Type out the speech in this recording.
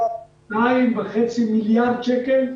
כ-2.5 מיליארד שקל.